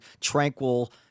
tranquil